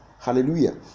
hallelujah